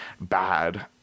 bad